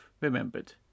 remembered